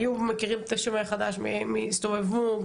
מכירים את השומר החדש, הסתובבו.